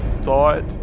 thought